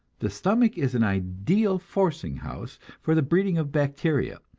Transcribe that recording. the stomach is an ideal forcing-house for the breeding of bacteria.